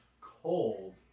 cold